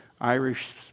Irish